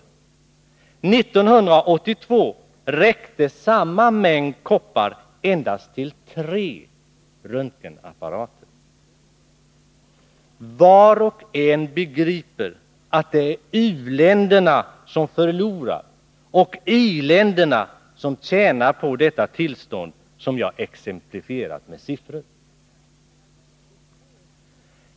År 1982 räckte samma mängd koppar endast till 3 röntgenapparater. Var och en begriper att det är u-länderna som förlorar och i-länderna som tjänar på detta tillstånd som jag exemplifierat med siffror.